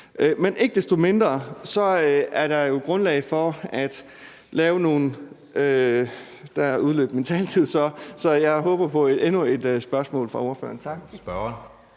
Men ikke desto mindre er der jo grundlag for at lave nogle … Der udløb min taletid, så jeg håber på endnu et spørgsmål fra ordføreren. Tak.